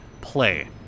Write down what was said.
play